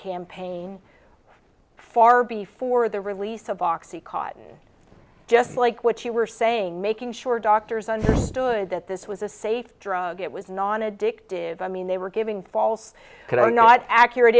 campaign far before the release of oxy cotton just like what you were saying making sure doctors understood that this was a safe drug it was non addictive i mean they were giving false that are not accurate